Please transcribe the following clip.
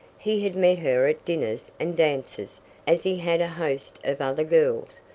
he had met her at dinners and dances as he had a host of other girls,